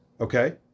Okay